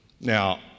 Now